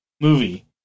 movie